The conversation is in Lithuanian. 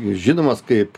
žinomas kaip